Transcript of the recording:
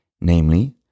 Namely